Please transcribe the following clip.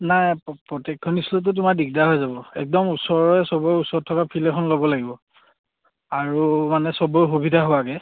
নাই প্ৰত্যেকখন স্কুলততো তোমাৰ দিগদাৰ হৈ যাব একদম ওচৰৰে চবৰে ওচৰত থকা ফিল্ড এখন ল'ব লাগিব আৰু মানে চবৰে সুবিধা হোৱাকে